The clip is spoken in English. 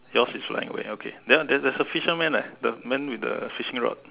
yours is flying where okay then there is a fisherman eh the man with the fishing rod